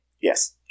Yes